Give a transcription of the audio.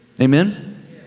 amen